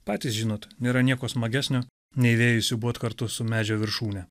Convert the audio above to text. patys žinot nėra nieko smagesnio nei vėjuj siūbuot kartu su medžio viršūne